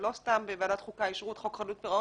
ולא סתם בוועדת החוקה ישבו על חוק חדלות פירעון